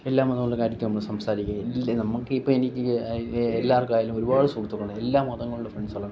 എല്ലാ മതങ്ങളുടെ കാര്യത്തിൽ നമ്മൾ സംസാരിക്കുക എല്ലാം നമുക്ക് ഇപ്പോൾ എനിക്ക് എല്ലാവർക്കും ആയാലും ഒരുപാട് സുഹൃത്തുക്കളുണ്ട് എല്ലാ മതങ്ങളിലും ഫ്രണ്ട്സുകളുണ്ട്